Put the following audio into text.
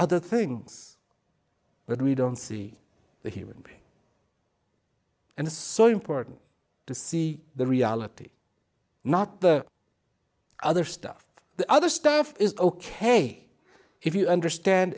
other things but we don't see the human being and it's so important to see the reality not the other stuff the other stuff is ok if you understand